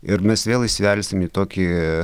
ir mes vėl įsivelsim į tokį